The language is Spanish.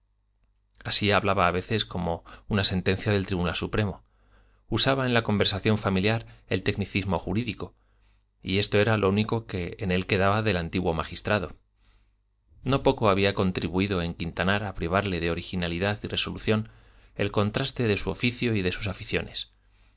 así hablaba a veces como una sentencia del tribunal supremo usaba en la conversación familiar el tecnicismo jurídico y esto era lo único que en él quedaba del antiguo magistrado no poco había contribuido en quintanar a privarle de originalidad y resolución el contraste de su oficio y de sus aficiones